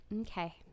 Okay